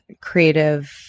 creative